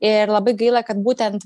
ir labai gaila kad būtent